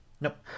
Nope